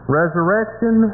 resurrection